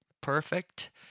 perfect